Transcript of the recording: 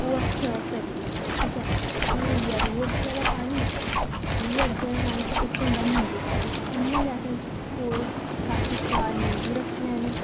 ओह् अस सर्व करी ओड़नी ठीक ऐ एह् होई गेआ रूह् अफ्जे आह्ला पानी रूह् हफ्जे आह्ला पानी इक होंदा निंबू पानी इ'यां गै असें कोल कश चार निंबू रक्खी लैने